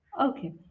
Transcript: okay